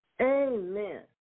Amen